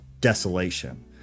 desolation